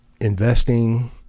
investing